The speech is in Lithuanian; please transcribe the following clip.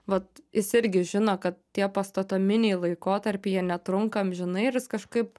vat jis irgi žino kad tie pastatominiai laikotarpiai jie netrunka amžinai ir jis kažkaip